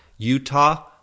Utah